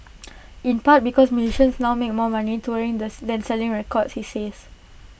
in part because musicians now make more money touring the than selling records he says